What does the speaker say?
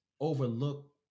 overlook